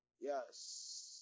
Yes